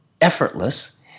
effortless